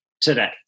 today